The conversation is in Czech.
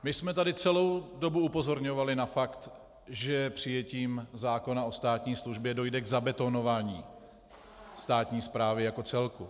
My jsme tady celou dobu upozorňovali na fakt, že přijetím zákona o státní službě dojde k zabetonování státní správy jako celku.